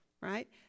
right